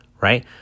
right